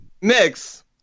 Mix